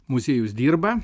muziejus dirba